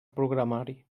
programari